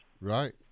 Right